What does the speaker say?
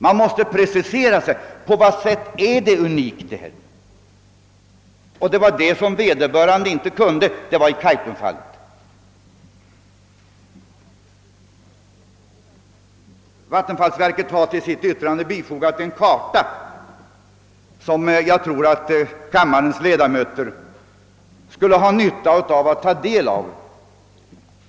Man måste precisera på vilket sätt de är unika. Det var detta som vederbörande inte kunde i Kaitumfallet. Vattenfallsverket har till sitt yttrande fogat en karta, som jag tror att kammarens ledamöter skulle ha nytta av att ta del av.